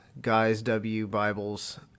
guyswbibles